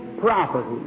property